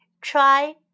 try